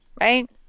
right